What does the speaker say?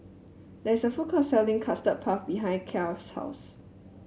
there is a food court selling Custard Puff behind Kya's house